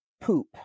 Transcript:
poop